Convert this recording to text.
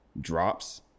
drops